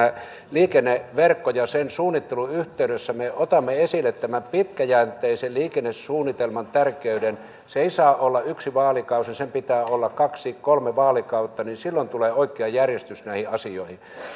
tämän liikenneverkon ja sen suunnittelun yhteydessä me otamme esille tämän pitkäjänteisen liikennesuunnitelman tärkeyden se ei saa olla yksi vaalikausi sen pitää olla kaksi viiva kolme vaalikautta niin silloin tulee oikea järjestys näihin asioihin